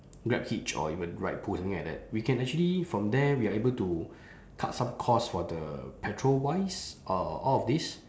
grabhitch or even ridepool something like that we can actually from there we are able to cut some cost for the petrol wise uh all of this